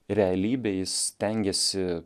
realybėj jis stengiasi